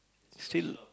still